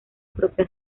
propia